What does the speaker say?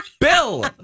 Bill